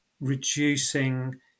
reducing